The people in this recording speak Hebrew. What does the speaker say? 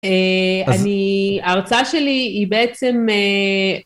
א...אני, ההרצאה שלי... היא בעצם א...